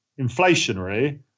inflationary